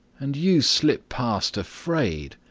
and you slip past afraid.